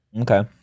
Okay